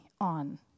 on